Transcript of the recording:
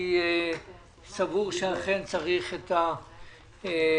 אני סבור שאכן צריך לקיים